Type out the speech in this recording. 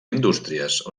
indústries